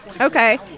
Okay